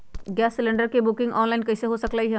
Gas cylinder के booking online कईसे हो सकलई ह?